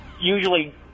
usually